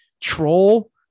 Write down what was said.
troll